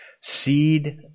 Seed